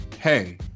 hey